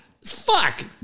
Fuck